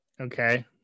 Okay